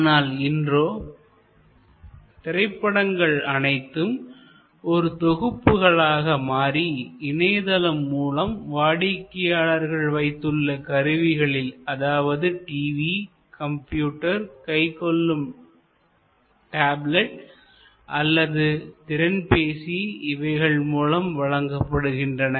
ஆனால் இன்றோ திரைப்படங்கள் அனைத்தும் ஒரு தொகுப்புகளாக மாறி இணையதளம் மூலம் வாடிக்கையாளர்கள் வைத்துள்ள கருவிகளில் அதாவது டிவி கம்ப்யூட்டர் கைக்கொள்ளும் டப்லட் அல்லது திறன்பேசி இவைகள் மூலம் வழங்கப்படுகின்றன